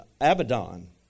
Abaddon